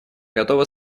готова